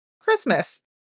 Christmas